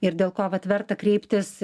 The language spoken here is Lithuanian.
ir dėl ko vat verta kreiptis